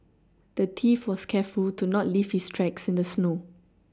the thief was careful to not leave his tracks in the snow